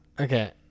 Okay